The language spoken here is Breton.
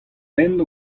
den